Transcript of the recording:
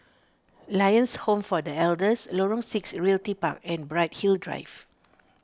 Lions Home for the Elders Lorong six Realty Park and Bright Hill Drive